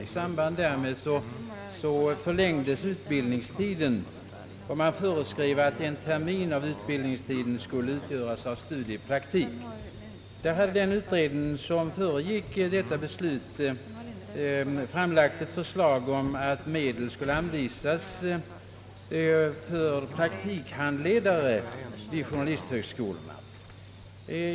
I samband därmed förlängdes utbildningstiden, och man föreskrev att en termin av utbildningstiden skulle utgöras av studiepraktik. Den utredning som föregick detta beslut hade föreslagit att medel skulle anvisas för praktikhandledare vid journalisthögskolorna.